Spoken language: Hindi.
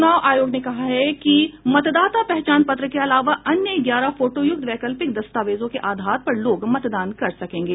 चुनाव आयोग ने कहा है कि मतदाता पहचान पत्र के अलावा अन्य ग्यारह फोटोयुक्त वैकल्पिक दस्तावेजों के आधार पर लोग मतदान कर सकेंगे